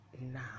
now